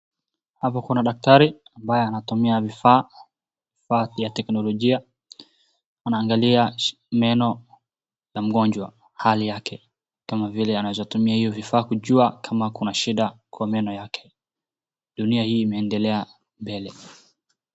Apa kuna dakitari ambaye anatumia vifaa vya teknolojia. Anaangalia meno ya mgonjwa hali yake kama vile anaweza tumia hivyo vifaa kujua kama kuna shida kwa meno yake. Dunia hii imeendelea mbele.